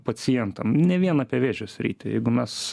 pacientam ne vien apie vėžio sritį jeigu mes